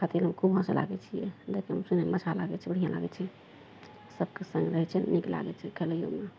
ओइ खातिर हम खूब हँसऽ लागय छियै देखयमे सुनयमे अच्छा लागय छै बढ़िआँ लागय छै सभके सङ्ग रहय छै ने नीक लागय छै खेलैयोमे